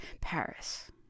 Paris